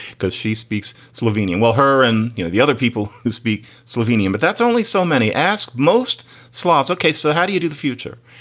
because she speaks slovenian well, her and you know the other people who speak slovenian. but that's only so many ask most slavs. ok, so how do you do the future.